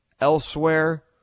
elsewhere